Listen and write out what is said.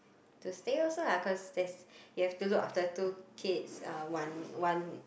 to stay also lah cause there's you have to look after two kids uh one one